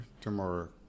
tomorrow